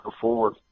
forward